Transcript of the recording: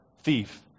thief